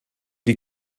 die